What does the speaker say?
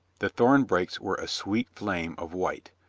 the thornbrakes were a sweet flame of white,